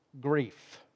grief